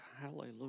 hallelujah